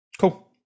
cool